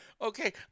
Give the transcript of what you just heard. Okay